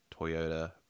Toyota